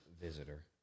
visitor